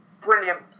Brilliant